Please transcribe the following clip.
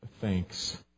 thanks